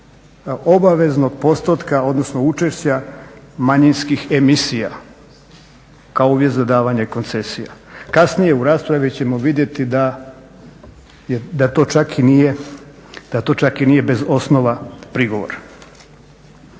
obaveznog postotka odnosno učešća manjinskih emisija kao uvjet za davanje koncesija. Kasnije u raspravi ćemo vidjeti da to čak i nije bez osnova prigovora.